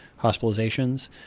hospitalizations